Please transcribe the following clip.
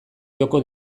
joko